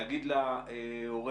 להגיד להורה